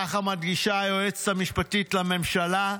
כך מדגישה היועצת המשפטית לממשלה,